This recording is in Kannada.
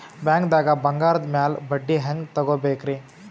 ಬ್ಯಾಂಕ್ದಾಗ ಬಂಗಾರದ್ ಮ್ಯಾಲ್ ಬಡ್ಡಿ ಹೆಂಗ್ ತಗೋಬೇಕ್ರಿ?